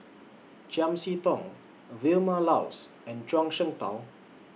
Chiam See Tong Vilma Laus and Zhuang Shengtao